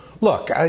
look